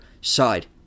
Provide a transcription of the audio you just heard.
side